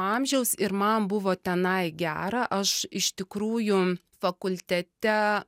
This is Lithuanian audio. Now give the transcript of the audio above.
amžiaus ir man buvo tenai gera aš iš tikrųjų fakultete